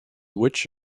witch